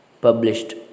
published